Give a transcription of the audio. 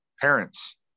parents